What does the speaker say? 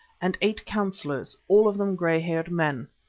and eight councillors, all of them grey-haired men.